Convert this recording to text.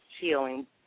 healing